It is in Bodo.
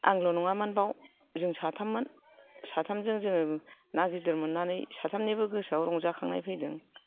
आंल' नङामोन बाव जों साथाममोन साथाम जों जोङो ना गिदिर मोननानै साथामनिबो गोसोआव रंजा खांनाय फैदों